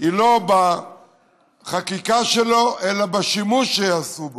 היא לא בחקיקה שלו אלא בשימוש שיעשו בו,